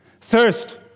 Thirst